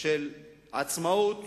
של עצמאות